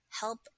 help